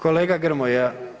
Kolega Grmoja.